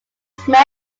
smith